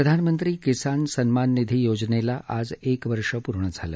प्रधानमंत्री किसान सन्माननिधी योजनेला आज एक वर्ष पूर्ण झालं